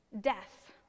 death